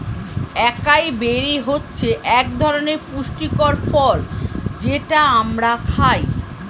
একাই বেরি হচ্ছে একধরনের পুষ্টিকর ফল যেটা আমরা খাই